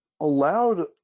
allowed